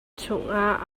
chungah